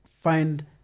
find